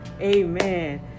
Amen